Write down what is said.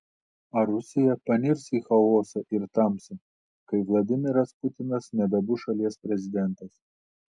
ar rusija panirs į chaosą ir tamsą kai vladimiras putinas nebebus šalies prezidentas